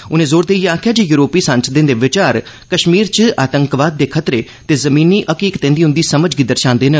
उनें जोर देइयै आखेआ जे यूरोपी सांसदे दे विचार कश्मीर च आतंकवाद दे खतरे ते जमीनी हकीकतें दी उंदी समझ गी दर्शांदे न